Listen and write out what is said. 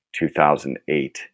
2008